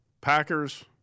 Packers